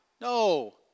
No